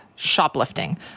Shoplifting